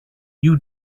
you